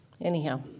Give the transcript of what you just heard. anyhow